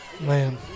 Man